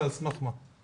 ועל סמך מה?